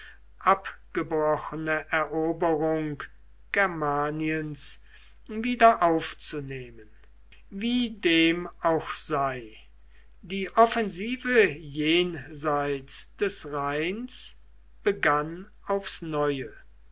abgebrochene eroberung germaniens wieder aufzunehmen wie dem auch sei die offensive jenseits des rheins begann aufs neue